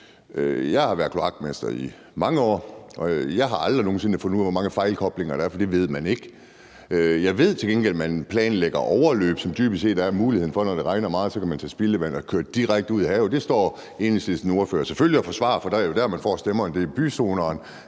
Jeg har været kloakmester i mange år, og jeg har aldrig nogen sinde fundet ud af, hvor mange fejlkoblinger der er, for det ved man ikke. Jeg ved til gengæld, at man planlægger overløb, som dybest set er muligheden for, når det regner meget, at man kan tage spildevand og køre det direkte ud i havet. Det står Enhedslistens ordfører selvfølgelig og forsvarer, for det er jo der, man får stemmerne. Det er i byzonerne.